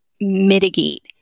mitigate